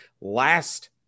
last